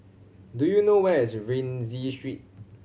do you know where is Rienzi Street